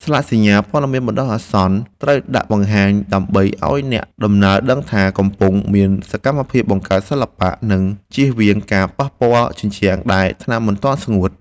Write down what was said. ស្លាកសញ្ញាព័ត៌មានបណ្ដោះអាសន្ន ត្រូវដាក់បង្ហាញដើម្បីឱ្យអ្នកដំណើរដឹងថា កំពុងមានសកម្មភាពបង្កើតសិល្បៈ និងជៀសវាងការប៉ះពាល់ជញ្ជាំងដែលថ្នាំមិនទាន់ស្ងួត។